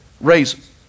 raise